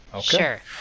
Sure